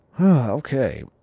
Okay